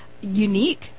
unique